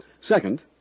Second